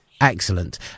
Excellent